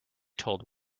told